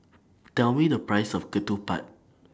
Tell Me The Price of Ketupat